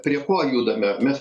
prie ko judame mes